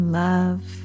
love